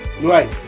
right